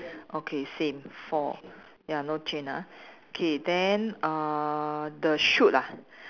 okay same four ya no change ah okay then uh the shoot ah